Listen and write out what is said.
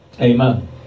Amen